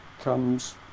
comes